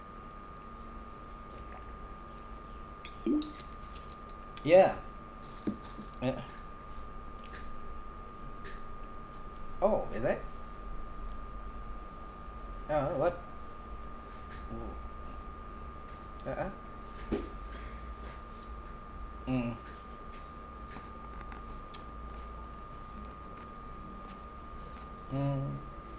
ya oh is it ya what oh (uh huh) mmhmm mm